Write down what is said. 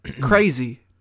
crazy